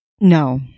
No